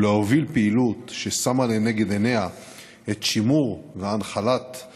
ולהוביל פעילות ששמה לנגד עיניה את השימור וההנחלה של